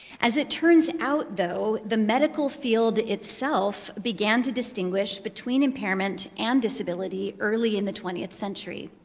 as it turns out though, the medical field itself began to distinguish between impairment and disability early in the twentieth century.